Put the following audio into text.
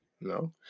No